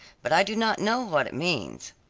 but i do not know what it means.